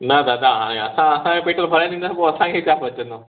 न दादा हाणे असां असां पेट्रोल भराए ॾींदासीं पोइ असांखे छा बचंदो